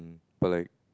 but like